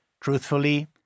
Truthfully